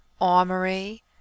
armory